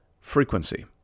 frequency